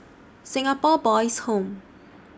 Singapore Boys' Home